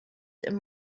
and